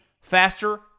faster